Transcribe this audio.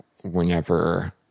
Whenever